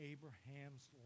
Abraham's